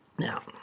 Now